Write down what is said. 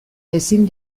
ezin